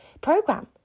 program